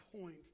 point